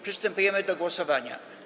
Przystępujemy do głosowania.